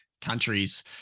countries